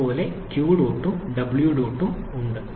ഇതുപോലെ q dot ഉം w dot ഉം ഉണ്ട്